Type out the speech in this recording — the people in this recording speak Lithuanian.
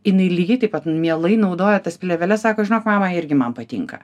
jinai lygiai taip pat mielai naudoja tas plėveles sako žinok mama irgi man patinka